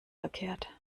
verkehrt